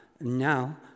Now